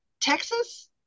Texas